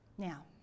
Now